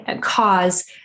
cause